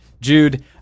Jude